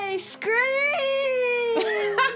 Scream